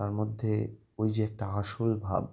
তার মধ্যে ওই যে একটা আসল ভাব